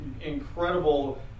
incredible